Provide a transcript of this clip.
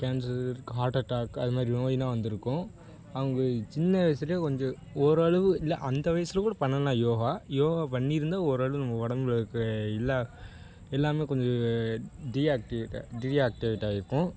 cancer heart attack அதுமாதிரி நோய்னால் வந்திருக்கும் அவங்க சின்ன வயசிலே கொஞ்சம் ஓரளவு இல்லை அந்த வயசில் கூட பண்ணலாம் யோகா யோகா பண்ணியிருந்தா ஓரளவு நம்ம உடம்புல இருக்க எல்லா எல்லாமே கொஞ்சம் டிஆக்டிவேட் டிஆக்டிவேட்டாகியிருக்கும்